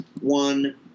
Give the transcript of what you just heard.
one